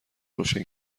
روشن